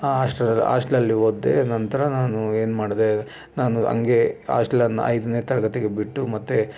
ಆಸ್ಟೆಲಲ್ಲಿ ಆಸ್ಟ್ಲಲ್ಲಿ ಓದಿದೆ ನಂತರ ನಾನು ಏನು ಮಾಡಿದೆ ನಾನು ಹಂಗೆ ಆಸ್ಟೆಲನ್ನು ಐದನೇ ತರಗತಿಗೆ ಬಿಟ್ಟು ಮತ್ತೆ